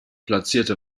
platzierte